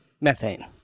methane